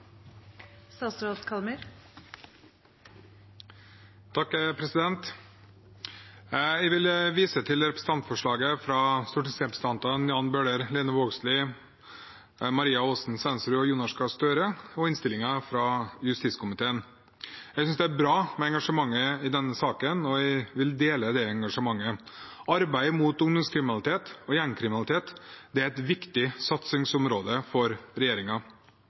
vil vise til representantforslaget fra stortingsrepresentantene Jan Bøhler, Lene Vågslid, Maria Aasen-Svensrud og Jonas Gahr Støre og innstillingen fra justiskomiteen. Jeg synes det er bra med engasjementet i denne saken, og jeg vil dele det engasjementet. Arbeidet mot ungdomskriminalitet og gjengkriminalitet er et viktig satsingsområde for